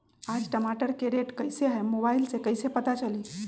आज टमाटर के रेट कईसे हैं मोबाईल से कईसे पता चली?